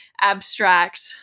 abstract